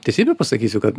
teisybę pasakysiu kad